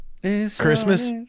Christmas